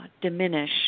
diminish